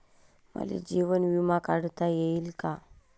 मले जीवन बिमा काढता येईन का?